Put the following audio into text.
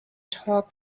talk